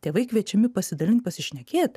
tėvai kviečiami pasidalint pasišnekėt